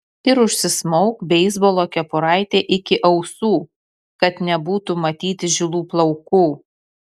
ir užsismauk beisbolo kepuraitę iki ausų kad nebūtų matyti žilų plaukų